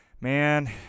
Man